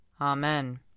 Amen